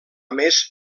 més